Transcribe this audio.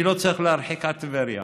אני לא צריך להרחיק עד טבריה.